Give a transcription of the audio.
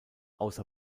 außer